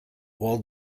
while